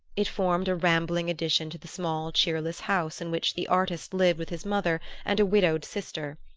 it formed a rambling addition to the small cheerless house in which the artist lived with his mother and a widowed sister.